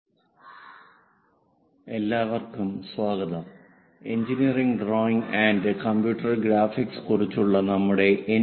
orthographic പ്രൊജക്ഷനുകൾ I ഭാഗം 1 എല്ലാവർക്കും സ്വാഗതം engineering drawing and computer graphics കുറിച്ചുള്ള നമ്മുടെ എൻ